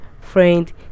friend